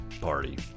party